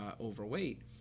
overweight